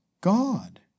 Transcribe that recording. God